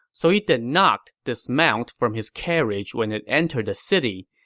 so he did not dismount from his carriage when it entered the city,